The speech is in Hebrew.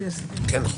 כן.